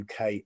UK